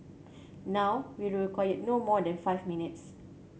now we require no more than five minutes